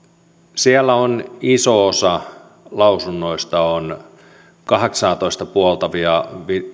siellä iso osa lausunnoista on kahdeksaatoista puoltavia